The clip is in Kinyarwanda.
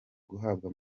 guhabwa